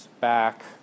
back